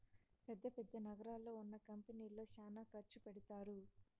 పెద్ద పెద్ద నగరాల్లో ఉన్న కంపెనీల్లో శ్యానా ఖర్చు పెడతారు